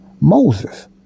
Moses